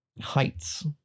Heights